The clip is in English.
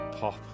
pop